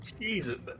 Jesus